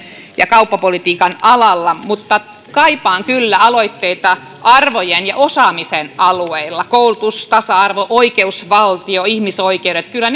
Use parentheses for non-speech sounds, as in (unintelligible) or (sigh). ja kauppapolitiikan alalla mutta kaipaan kyllä aloitteita arvojen ja osaamisen alueilla koulutus tasa arvo oikeusvaltio ihmisoikeudet kyllä (unintelligible)